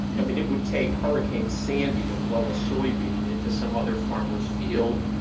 i mean, it would take hurricane sandy to blow a soybean into some other farmer's field.